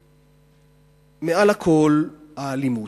ומעל לכול, מהאלימות.